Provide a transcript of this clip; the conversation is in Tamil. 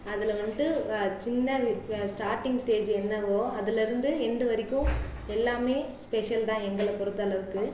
அதில் வன்ட்டு சின்ன ஸ்டாட்டிங் ஸ்டேஜ் என்னவோ அதிலிருந்து எண்ட் வரைக்கும் எல்லாமே ஸ்பெஷல் தான் எங்களை பொருத்த அளவுக்கு